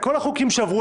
כל החוקים שעברו